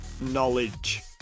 knowledge